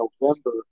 November